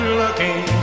looking